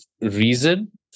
reason